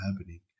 happening